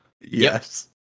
Yes